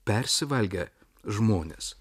persivalgę žmonės